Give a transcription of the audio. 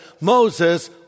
Moses